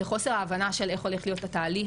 לחוסר ההבנה של איך הולך להיות התהליך,